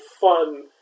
fun